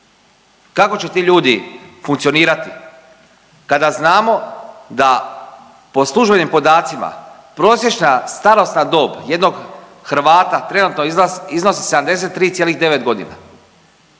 Kako će ti ljudi funkcionirati kada znamo da po službenim podacima prosječna starosna dob jednog Hrvata trenutno iznosi 73,9 godina